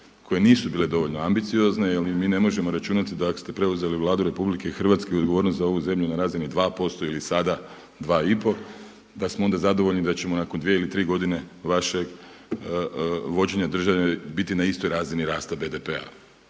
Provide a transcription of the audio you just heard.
koje nisu bile dovoljno ambiciozne jer mi ne možemo računati da ako ste preuzeli Vladu RH i odgovornost za ovu zemlju na razini 2% ili sada 2,5 da smo onda zadovoljni da ćemo nakon 2 ili 3 godine vašeg vođenja države biti na istoj razini rasta BDP-a.